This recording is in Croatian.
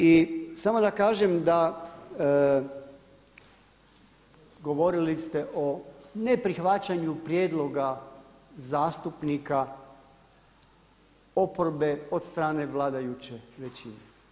I samo da kažem da, govorili ste o neprihvaćanju prijedlog zastupnika, oporbe od strane vladajuće većine.